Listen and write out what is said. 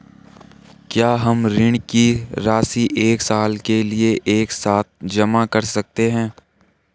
क्या हम ऋण की राशि एक साल के लिए एक साथ जमा कर सकते हैं?